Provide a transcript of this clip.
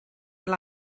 fel